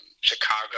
Chicago